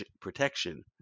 protection